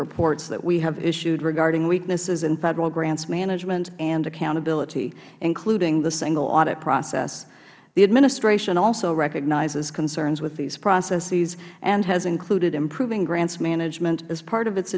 reports that we have issued regarding weaknesses in federal grants management and accountability including the single audit process the administration also recognizes concerns with these processes and has included improving grants management as part of its